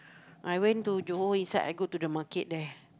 I went to Johor inside I go to the market there